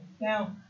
Now